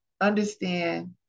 understand